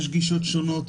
יש לזה גישות שונות.